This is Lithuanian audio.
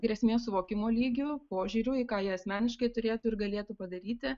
grėsmės suvokimo lygiu požiūriu į ką jie asmeniškai turėtų ir galėtų padaryti